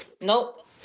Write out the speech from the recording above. Nope